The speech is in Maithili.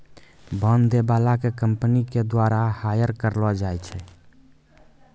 बांड दै बाला के कंपनी के द्वारा हायर करलो जाय छै